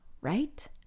right